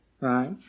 Right